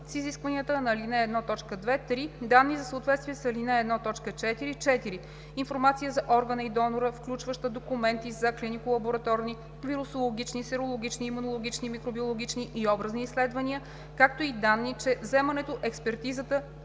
с изискванията на ал. 1, т. 2; 3. данни за съответствие с ал. 1, т. 4; 4. информация за органа и донора, включваща документи за клинико-лабораторни, вирусологични, серологични, имунологични, микробиологични и образни изследвания, както и данни, че вземането, експертизата,